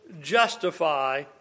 justify